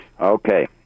okay